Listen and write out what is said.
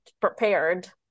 prepared